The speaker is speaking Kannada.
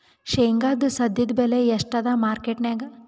ಶೇಂಗಾದು ಸದ್ಯದಬೆಲೆ ಎಷ್ಟಾದಾ ಮಾರಕೆಟನ್ಯಾಗ?